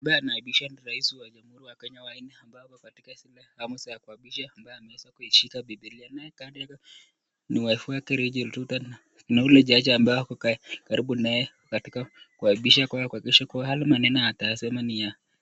Anaye apishwa ni rais wa nne wa jamuhuri ya Kenya ambaye ako hali ya kuapishwa ambaye ameweza kushika bibilia. Naye kando yake ni wife wake Rachel Ruto na yule jaji ambaye ako katika kuapisha kwake kuakikisha yale maneno atakayesema.